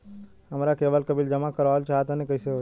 हमरा केबल के बिल जमा करावल चहा तनि कइसे होई?